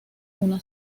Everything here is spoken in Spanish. una